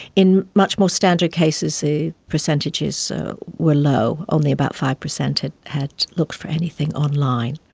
in much more standard cases the percentages so were low. only about five percent had had looked for anything online.